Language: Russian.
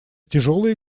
тяжелые